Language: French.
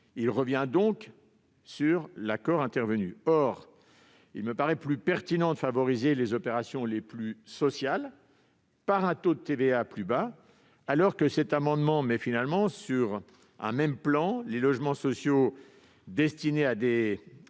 Ils reviennent donc sur l'accord que je viens de mentionner. Il me paraît plus pertinent de favoriser les opérations les plus sociales par un taux de TVA plus bas, alors que ces amendements mettent sur un même plan les logements sociaux destinés à des